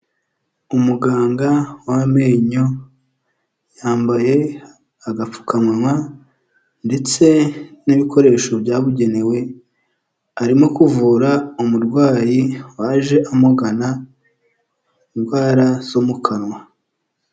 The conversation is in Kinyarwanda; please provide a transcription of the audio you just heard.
Umuganga w'amenyo yambaye agapfukamunwa ndetse n'ibikoresho byabugenewe arimo kuvura umurwayi waje amugana indwara zo mu kanwa.